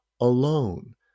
alone